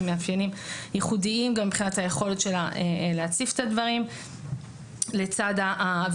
עם מאפיינים ייחודים גם מבחינת היכולת שלה להציף את הדברים ומוסדות